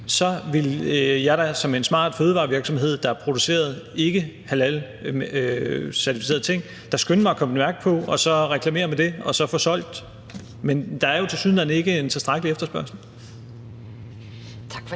så ville jeg da som en smart fødevarevirksomhed, der producerede ikkehalalcertificerede ting, skynde mig at sætte et mærke på og så reklamere med det og så få solgt produktet. Men der er jo tilsyneladende ikke en tilstrækkelig efterspørgsel.